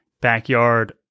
backyard